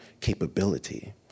capability